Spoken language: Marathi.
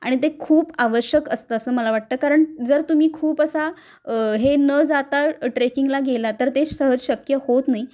आणि ते खूप आवश्यक असतं असं मला वाटतं कारण जर तुम्ही खूप असा हे न जाता ट्रेकिंगला गेला तर ते सहज शक्य होत नाही